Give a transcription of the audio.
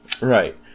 Right